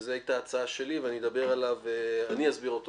שזו הייתה הצעה שלי, ואני אסביר אותו.